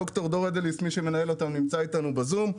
ד"ר דור אדליסט, מי שמנהל אותם, נמצא אתנו בזום.